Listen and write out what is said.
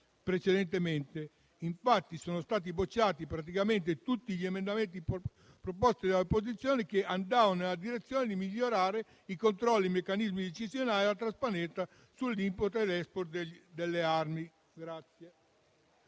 Precedentemente, infatti, sono stati bocciati praticamente tutti gli emendamenti proposti dall'opposizione che andavano nella direzione di migliorare i controlli e i meccanismi decisionali e la trasparenza sull'*import* ed *export* delle armi.